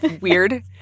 weird